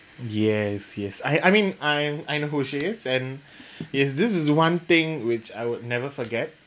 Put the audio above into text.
yes yes I I mean I I know who she is and is this is one thing which I would never forget